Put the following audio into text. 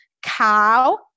Cow